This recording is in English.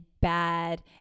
bad